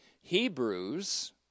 Hebrews